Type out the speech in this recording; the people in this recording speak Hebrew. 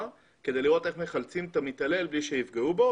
כדי לראות איך מחלצים את המתעלל מבלי שיפגעו בו,